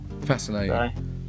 fascinating